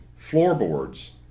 Floorboards